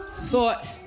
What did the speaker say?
thought